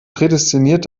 prädestiniert